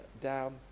down